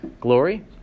glory